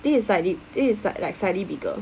this is like is like like slightly bigger